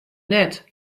net